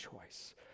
choice